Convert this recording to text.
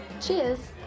Cheers